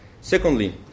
Secondly